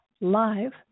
live